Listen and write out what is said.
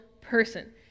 person